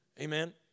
Amen